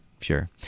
sure